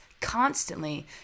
constantly